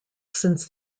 since